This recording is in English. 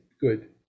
good